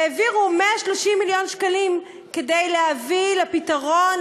והעבירו 130 מיליון שקלים כדי להביא לפתרון,